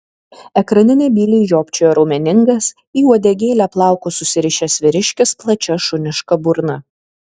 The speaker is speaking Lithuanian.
ekrane nebyliai žiopčiojo raumeningas į uodegėlę plaukus susirišęs vyriškis plačia šuniška burna